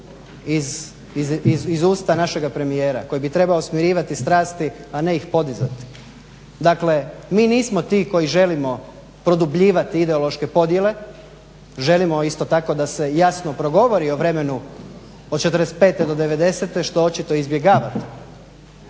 iz usta našega premijera koji bi trebao smirivati strasti, a ne ih podizati. Dakle, mi nismo ti koji želimo produbljivati ideološke podjele, želimo isto tako da se jasno progovori o vremenu od '45. do '90. što očito izbjegavate.